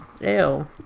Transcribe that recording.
ew